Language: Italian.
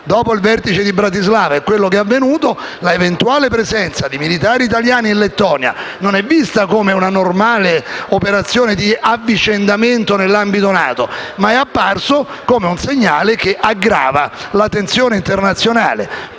dopo il vertice di Bratislava e quanto avvenuto, l'eventuale presenza di militari italiani in Lettonia non è vista come una normale operazione di avvicendamento nell'ambito NATO, ma è apparso, come un segnale che aggrava la tensione internazionale.